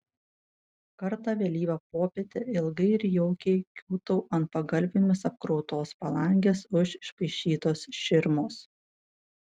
kartą vėlyvą popietę ilgai ir jaukiai kiūtau ant pagalvėmis apkrautos palangės už išpaišytos širmos